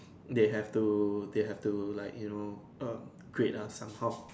they have to they have to like you know um grade lah somehow